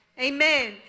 Amen